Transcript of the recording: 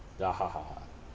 ya